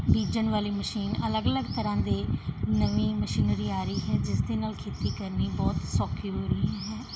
ਬੀਜਣ ਵਾਲੀ ਮਸ਼ੀਨ ਅਲੱਗ ਅਲੱਗ ਤਰ੍ਹਾਂ ਦੇ ਨਵੀਂ ਮਸ਼ੀਨਰੀ ਆ ਰਹੀ ਹੈ ਜਿਸ ਦੇ ਨਾਲ ਖੇਤੀ ਕਰਨੀ ਬਹੁਤ ਸੌਖੀ ਹੋ ਰਹੀ ਹੈ